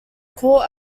court